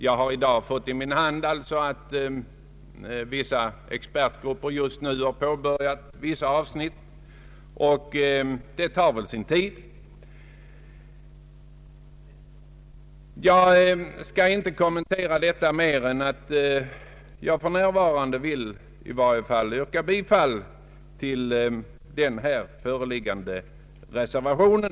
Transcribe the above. Jag har i dag fått uppgift om att vissa expertgrupper nu har påbörjat särskilda avsnitt, och det arbetet tar väl sin tid. Jag skall inte nu kommentera detta mera, utan vill yrka bifall till den här föreliggande reservationen.